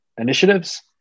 initiatives